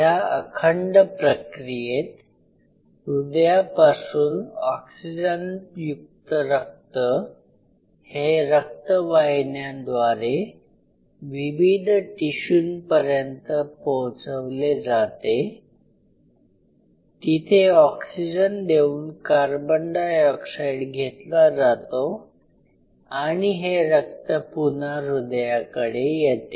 ह्या अखंड प्रक्रियेत हृदयापासून ऑक्सीजनयुक्त रक्त हे रक्त वाहिन्याद्वारे विविध टिशुंपर्यन्त पोहोचवले जाते तिथे ऑक्सीजन देऊन कार्बन डायऑक्साइड घेतला जातो आणि हे रक्त पुनः हृदयाकडे येते